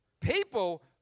People